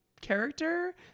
character